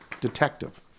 Detective